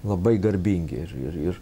labai garbingi ir ir ir